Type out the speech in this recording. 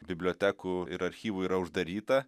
bibliotekų ir archyvų yra uždaryta